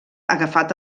agafat